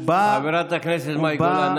הוא בא -- חברת הכנסת מאי גולן,